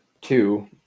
two